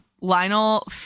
Lionel